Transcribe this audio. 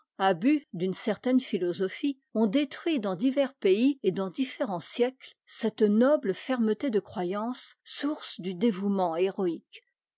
abus d'une certaine philosophie ont détroit dans divers pays et dans différents siècles cette noble fermeté de croyance source du dévouement héroïque